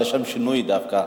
לשם שינוי דווקא.